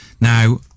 Now